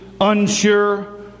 Unsure